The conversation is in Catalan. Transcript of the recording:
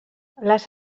les